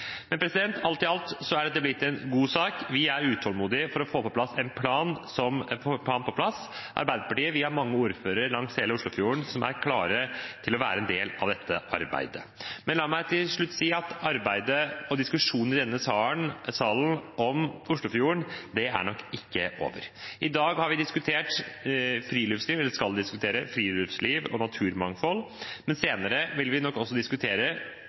Men det gjør nå vi, sammen med SV og Miljøpartiet De Grønne. Alt i alt er dette blitt en god sak. Vi er utålmodige etter å få en plan på plass. Arbeiderpartiet har mange ordførere langs hele Oslofjorden som er klare til å være en del av dette arbeidet. La meg til slutt si at arbeidet her og diskusjonen i denne salen om Oslofjorden nok ikke er over. I dag skal vi diskutere friluftsliv og naturmangfold, men senere vil vi nok også diskutere